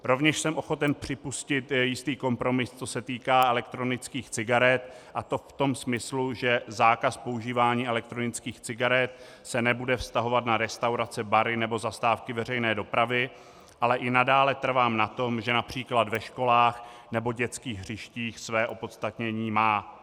Rovněž jsem ochoten připustit jistý kompromis, co se týká elektronických cigaret, a to v tom smyslu, že zákaz používání elektronických cigaret se nebude vztahovat na restaurace, bary nebo zastávky veřejné dopravy, ale i nadále trvám na tom, že např. ve školách nebo na dětských hřištích své opodstatnění má.